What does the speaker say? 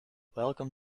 welcome